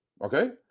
Okay